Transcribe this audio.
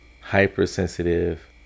hypersensitive